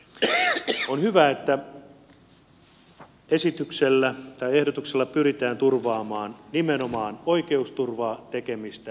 on hyvä että ehdotuksella pyritään turvaamaan nimenomaan oikeusturvaa tekemistä ja työllistymistä